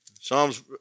Psalms